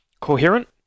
coherent